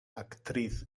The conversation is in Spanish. actriz